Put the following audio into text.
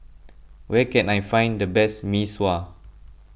where can I find the best Mee Sua